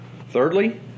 Thirdly